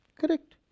Correct